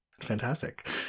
Fantastic